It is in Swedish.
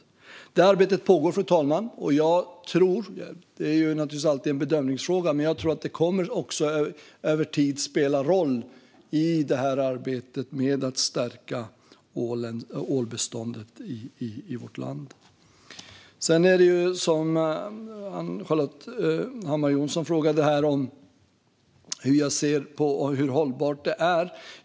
Det arbetet pågår, fru talman. Det är naturligtvis alltid en bedömningsfråga, men jag tror att det över tid kommer att spela roll i det här arbetet med att stärka ålbeståndet i vårt land. Ann-Charlotte Hammar Johnsson frågade om hur jag ser på hur hållbart det är.